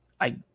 I-